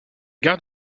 gare